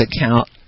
account